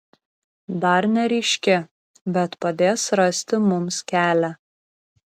dar neryški bet padės rasti mums kelią